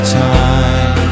time